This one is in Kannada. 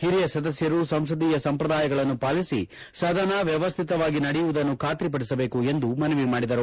ಹಿರಿಯ ಸದಸ್ಯರು ಸಂಸದೀಯ ಸಂಪ್ರದಾಯಗಳನ್ನು ಪಾಲಿಸಿ ಸದನ ವ್ನವಸ್ಥಿತವಾಗಿ ನಡೆಯುವುದನ್ನು ಖಾತರಿಪಡಿಸಬೇಕು ಎಂದು ಮನವಿ ಮಾಡಿದರು